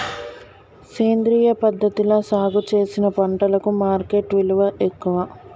సేంద్రియ పద్ధతిలా సాగు చేసిన పంటలకు మార్కెట్ విలువ ఎక్కువ